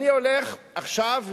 אני הולך עכשיו,